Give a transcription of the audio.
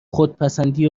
خودپسندی